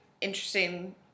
interesting